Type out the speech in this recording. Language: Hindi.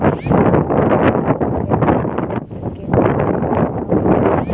स्टॉक व्यापरी के रूप में तुमको किन किन खतरों का सामना करना होता है?